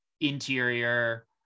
interior